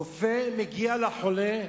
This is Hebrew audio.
רופא מגיע לחולה,